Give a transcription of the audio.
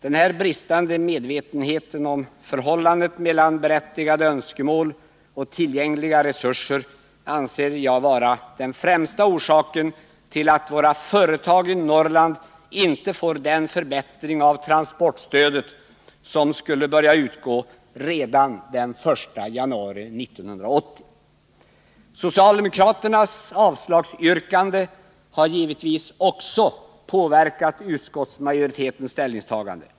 Den här bristande medvetenheten om förhållandet mellan berättigade önskemål och tillgängliga resurser anser jag vara den främsta orsaken till att våra företag i Norrland inte får den förbättring av transportstödet som skulle börja utgå redan den 1 januari 1980. Socialdemokraternas avslagsyrkande har givetvis också påverkat utskottets ställningstagande.